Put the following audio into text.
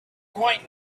quite